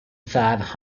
five